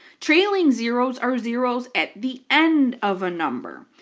trailing zeroes are zeroes at the end of a number.